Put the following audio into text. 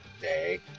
day